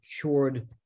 cured